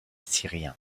syrien